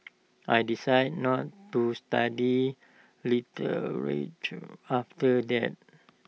I decided not to study literature after that